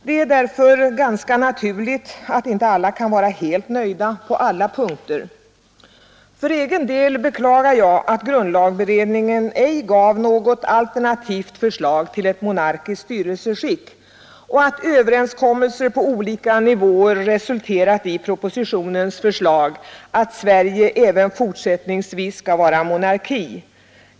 Det är därför ganska naturligt att inte alla kan vara helt nöjda på alla punkter. För egen del beklagar jag att grundlagberedningen ej gav något alternativt förslag till ett monarkiskt styrelseskick och att överenskommelser på olika nivåer resulterat i propositionens förslag att Sverige även fortsättningsvis skall vara monarki.